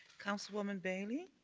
councilwoman bailey.